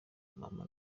mama